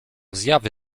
zjawy